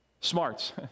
smarts